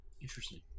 Interesting